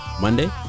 Monday